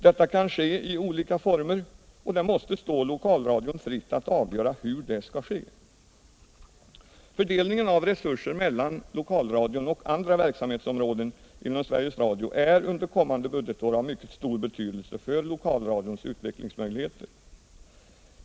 Detta kan ske i olika former, och det måste stå lokalradion fritt att avgöra hur det skall ske. Fördelningen av resurser mellan lokalradion och andra verksamhetsområden inom Sveriges Radio är under kommande budgetår av mycket stor betydelse för lokalradions utvecklingsmöjligheter.